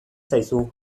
zaizu